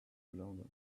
london